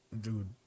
Dude